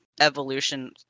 evolution